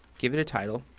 give it a title,